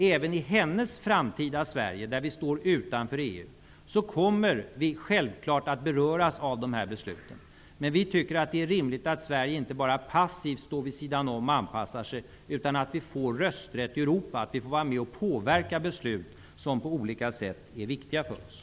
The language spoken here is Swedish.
Även i hennes framtida Sverige -- där vi står utanför EU -- kommer vi självklart att beröras av de besluten. Men vi tycker att det är rimligt att Sverige inte bara passivt står vid sidan om och anpassar sig, utan att vi får rösträtt i Europa, att vi får vara med påverka beslut som på olika sätt är viktiga för oss.